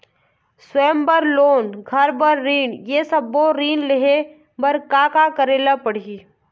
स्वयं बर लोन, घर बर ऋण, ये सब्बो ऋण लहे बर का का करे ले पड़ही?